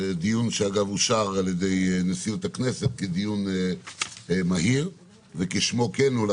זה דיון שאגב אושר על ידי נשיאות הכנסת כדיון מהיר וכשמו כן הוא,